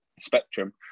spectrum